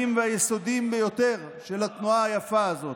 והיסודיים ביותר של התנועה היפה הזו.